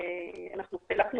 תשע"ו,